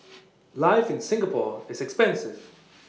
life in Singapore is expensive